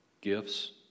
gifts